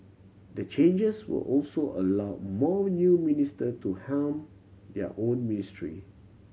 the changes will also allow more new minister to helm their own ministry